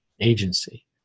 agency